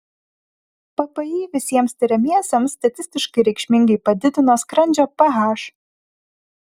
ppi visiems tiriamiesiems statistiškai reikšmingai padidino skrandžio ph